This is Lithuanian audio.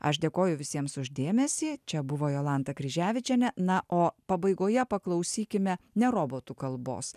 aš dėkoju visiems už dėmesį čia buvo jolanta kryževičienė na o pabaigoje paklausykime ne robotų kalbos